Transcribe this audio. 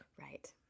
right